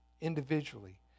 individually